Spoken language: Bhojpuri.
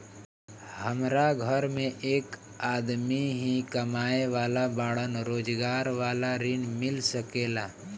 हमरा घर में एक आदमी ही कमाए वाला बाड़न रोजगार वाला ऋण मिल सके ला?